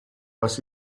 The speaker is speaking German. was